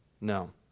No